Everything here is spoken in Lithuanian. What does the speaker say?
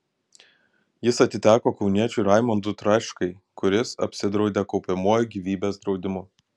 jis atiteko kauniečiui raimondui traškai kuris apsidraudė kaupiamuoju gyvybės draudimu